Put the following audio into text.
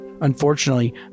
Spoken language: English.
unfortunately